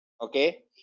Okay